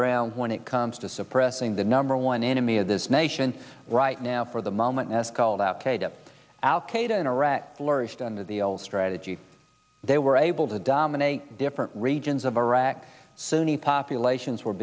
ground when it comes to suppressing the number one enemy of this nation right now for the moment as called al qaeda al qaeda in iraq flourished under the old strategy they were able to dominate different regions of iraq sunni populations were